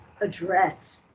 address